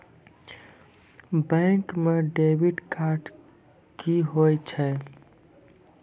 Bank म debit card की होय छै?